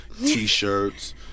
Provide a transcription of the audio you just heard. T-shirts